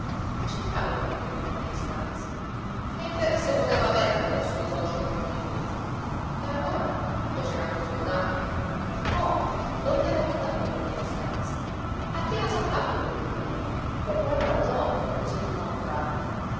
che c'entrava il patrigno in quell'istanza che interesse poteva avere a metter su i socii contro di lui e allora fece camposoldani come donde era venuta fuori quell'istanza a chi era saltato quel grillo per qual ragione così tutt'a un tratto